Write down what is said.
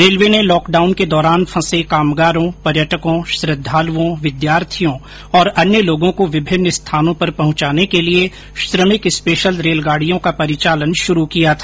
railway ने lockdown के दौरान फंसे कामगारों पर्यटकों श्रद्वालुओं विद्यार्थियों और अन्य लोगों को विभिन्न स्थानों पर पहुंचाने के लिए श्रमिक स्पेशल रेलगाड़ियों का परिचालन शुरू किया था